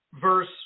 verse